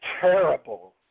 terrible